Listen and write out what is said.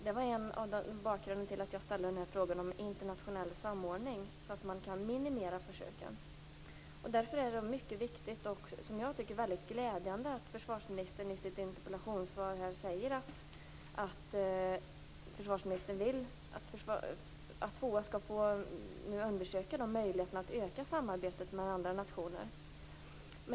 Detta är bakgrunden till min fråga om internationell samordning för att kunna minimera försöken. Därför är det mycket viktigt och, tycker jag, väldigt glädjande att försvarsministern i sitt interpellationssvar säger att han vill att FOA skall få undersöka möjligheterna att öka samarbetet med andra nationer.